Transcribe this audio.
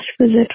visit